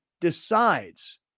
decides